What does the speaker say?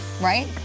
right